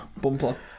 bumper